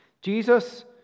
Jesus